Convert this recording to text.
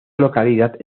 localidad